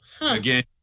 Again